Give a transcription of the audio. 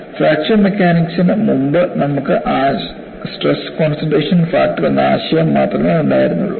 fracture മെക്കാനിക്സിന് മുമ്പ് നമുക്ക് സ്ട്രെസ് കോൺസൺട്രേഷൻ ഫാക്ടർ എന്ന ആശയം മാത്രമേ ഉണ്ടായിരുന്നുള്ളൂ